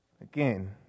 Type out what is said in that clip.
Again